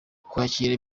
kwakira